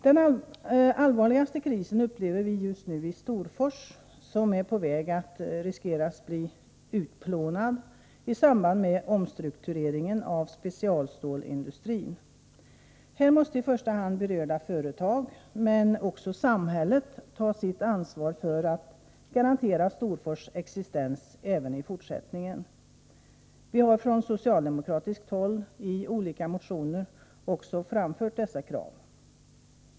Den allvarligaste krisen upplever vi just nu i Storfors, som riskerar att bli utplånat i samband med omstruktureringen av specialstålsindustrin. Här måste i första hand berörda företag, men också samhället, ta sitt ansvar för att garantera Storfors existens även i fortsättningen. Vi har från socialdemokratiskt håll i olika motioner också framfört dessa krav.